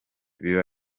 biba